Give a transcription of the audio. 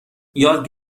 یاد